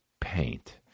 paint